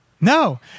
No